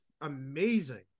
amazing